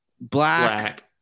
black